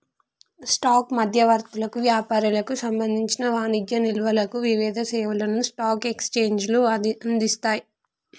stock మధ్యవర్తులకు, వ్యాపారులకు సంబంధించిన వాణిజ్య నిల్వలకు వివిధ సేవలను స్టాక్ ఎక్స్చేంజ్లు అందిస్తయ్